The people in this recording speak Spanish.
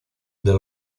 del